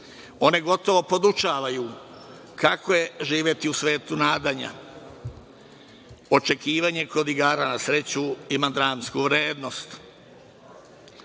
One gotovo podučavaju kako je živeti u svetu nadanja. Očekivanje kod igara na sreću ima dramsku vrednost.